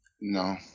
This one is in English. No